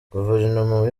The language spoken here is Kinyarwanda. guverinoma